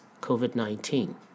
COVID-19